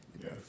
Yes